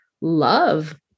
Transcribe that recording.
love